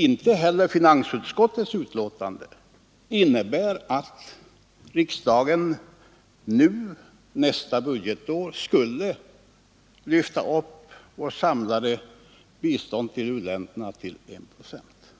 Inte heller finansutskottets betänkande innebär att riksdagen nästa budgetår skulle lyfta upp vårt samlade bistånd till u-länderna till enprocentsmålet.